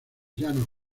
llanos